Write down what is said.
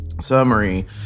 summary